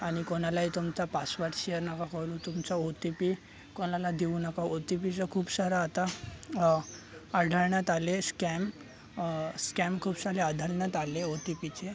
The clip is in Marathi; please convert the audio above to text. आणि कोणालाही तुमचा पासवर्ड शेअर नका करू तुमचा ओ ती पी कोणाला देऊ नका ओ ती पीचं खूप सारं आता आढळण्यात आले स्कॅम स्कॅम खूप सारे आढळण्यात आले ओ ती पीचे